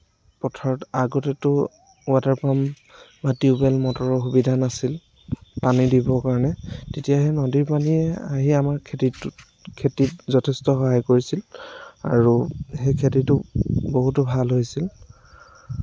পথাৰত আগতেটো water pump বা টিউবৱেল মটৰৰ সুবিধা নাছিল পানী দিবৰ কাৰণে তেতিয়া সেই নদীৰ পানীয়েই আহি আমাৰ খেতিত যথেষ্ট সহায় কৰিছিল আৰু সেই খেতিটো বহুতো ভাল হৈছিল